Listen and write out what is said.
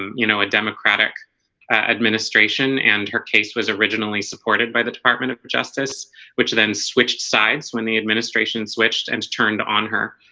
you know a democratic administration and her case was originally supported by the department of justice which then switched sides when the administration switched and turned on her